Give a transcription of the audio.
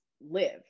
live